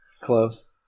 Close